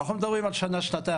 אנחנו לא מדברים על שנה שנתיים.